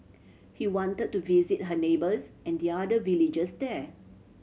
he wanted to visit her neighbours and the other villagers there